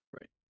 Right